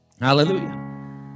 hallelujah